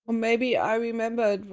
maybe i remember